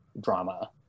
drama